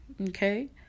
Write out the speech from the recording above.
okay